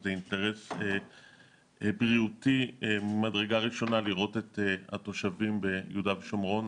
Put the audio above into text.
וזה אינטרס בריאותי ממדרגה ראשונה לראות את התושבים ביהודה ושומרון,